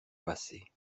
passé